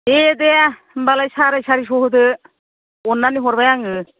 दे दे होमबालाय साराय सारिस' होदो अननानै हरबाय आङो